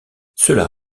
cela